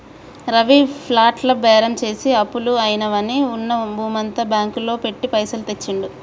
రవి ప్లాట్ల బేరం చేసి అప్పులు అయినవని ఉన్న భూమంతా బ్యాంకు లో పెట్టి పైసలు తెచ్చిండు